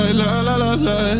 la-la-la-la